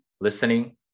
listening